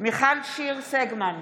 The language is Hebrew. מיכל שיר סגמן,